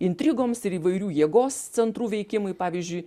intrigoms ir įvairių jėgos centrų veikimui pavyzdžiui